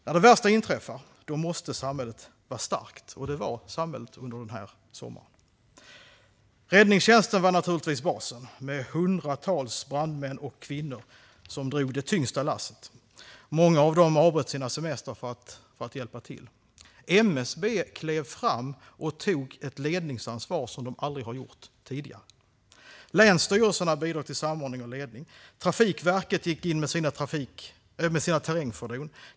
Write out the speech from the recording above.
När det värsta inträffar måste samhället vara starkt, och det var samhället under den här sommaren. Räddningstjänsten var naturligtvis basen med hundratals brandmän och kvinnor som drog det tyngsta lasset. Många av dem avbröt sina semestrar för att hjälpa till. MSB klev fram och tog ett ledningsansvar som man aldrig tidigare gjort. Länsstyrelserna bidrog till samordning och ledning. Trafikverket gick in med sina terrängfordon.